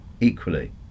equally